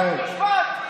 רק משפט?